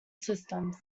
systems